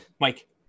mike